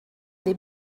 des